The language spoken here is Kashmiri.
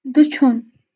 دٔچھُن